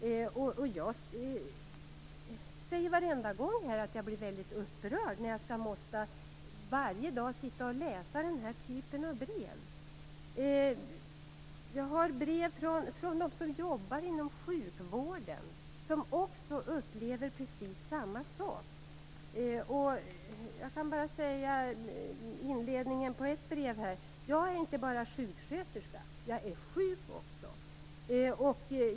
Jag säger varenda gång här i kammaren att jag blir väldigt upprörd över att jag varje dag måste sitta och läsa den här typen av brev. Jag får brev från folk som jobbar inom sjukvården, som också upplever precis samma sak. Jag kan bara läsa inledningen till ett brev: Jag är inte bara sjuksköterska, jag är sjuk också.